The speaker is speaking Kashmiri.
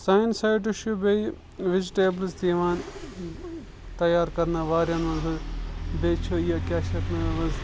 سانہِ سایڈٕ چھُ بیٚیہِ وِجِٹیبلٕز تہِ یِوان تیار کرنہٕ واریاہن منٛزٕ بیٚیہِ چھُ یہِ کیٛاہ چھِ اَتھ ناو حظ